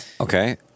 Okay